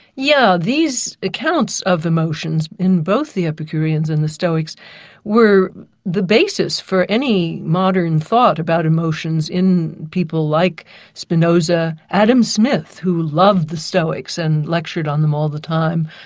yeah these accounts of emotions in both the epicureans and the stoics were the basis for any modern thought about emotions in people like spinoza, adam smith, who loved the stoics and lectured on them all the time,